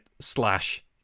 slash